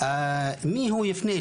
למי הוא יפנה?